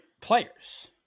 players